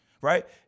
right